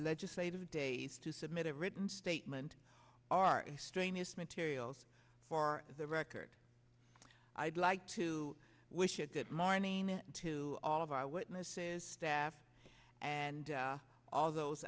legislative days to submit a written statement are extraneous materials for the record i'd like to wish a good morning to all of our witnesses staff and all those